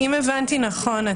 אם הבנתי נכון,